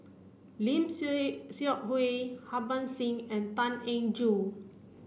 Lim Seok Hui Harbans Singh and Tan Eng Joo